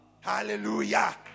Hallelujah